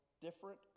different